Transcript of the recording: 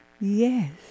Yes